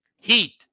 heat